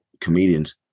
comedians